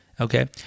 Okay